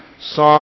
song